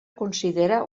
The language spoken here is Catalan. considera